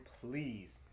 please